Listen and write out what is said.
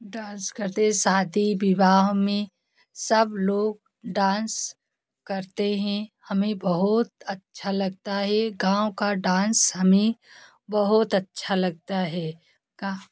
dance करते शादी विवाह में सब लोग डांस करते हैं हमें बहुत अच्छा लगता है गाँव का डांस हमें बहुत अच्छा लगता है का